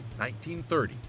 1930